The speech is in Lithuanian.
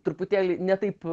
truputėlį ne taip